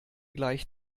gleich